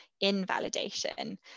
invalidation